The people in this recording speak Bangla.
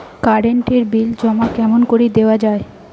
কারেন্ট এর বিল জমা কেমন করি দেওয়া যায়?